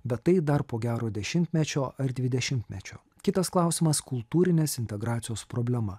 bet tai dar po gero dešimtmečio ar dvidešimtmečio kitas klausimas kultūrinės integracijos problema